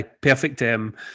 perfect